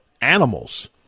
animals